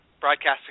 broadcasting